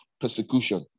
persecution